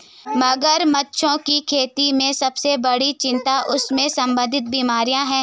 मगरमच्छों की खेती में सबसे बड़ी चिंता उनसे संबंधित बीमारियां हैं?